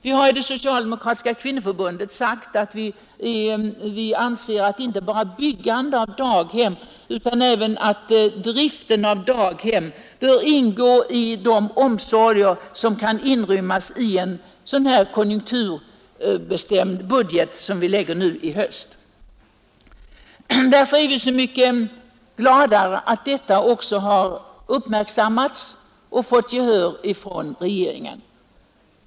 Från det socialdemokratiska kvinnoförbundets sida har vi framfört att vi anser att inte bara byggande av daghem utan även driften av daghem bör ingå i de omsorger som kan inrymmas i en sådan här konjunkturstimulerande budget, som läggs nu i höst. Därför är vi så mycket gladare att detta också har uppmärksammats och fått gehör hos regeringen.